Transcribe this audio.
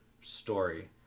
story